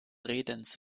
redens